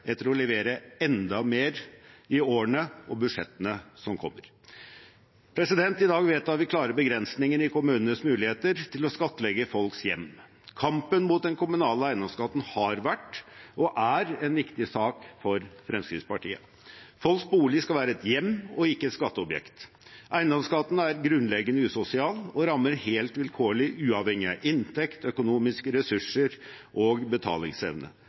etter å levere enda mer i årene, og budsjettene, som kommer. I dag vedtar vi klare begrensninger i kommunenes muligheter til å skattlegge folks hjem. Kampen mot den kommunale eiendomsskatten har vært og er en viktig sak for Fremskrittspartiet. Folks bolig skal være et hjem og ikke et skatteobjekt. Eiendomsskatten er grunnleggende usosial og rammer helt vilkårlig, uavhengig av inntekt, økonomiske ressurser og betalingsevne.